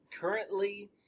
currently